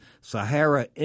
Sahara